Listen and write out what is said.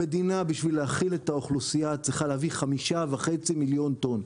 המדינה בשביל להאכיל את האוכלוסייה צריכה להביא 5.5 מיליון טון.